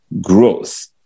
growth